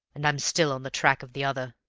and i'm still on the track of the other.